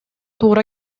туура